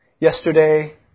yesterday